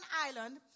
island